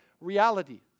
reality